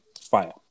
Fire